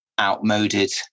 outmoded